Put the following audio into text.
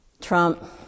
Trump